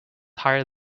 higher